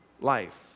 life